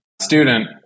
student